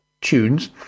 Tunes